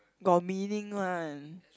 got meaning one